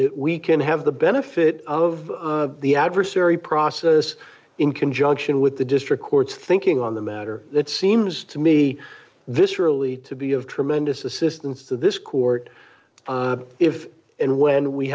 that we can have the benefit of the adversary process in conjunction with the district court's thinking on the matter that seems to me this really to be of tremendous assistance to this court if and when we